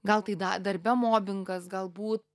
gal tai darbe mobingas galbūt